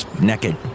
Naked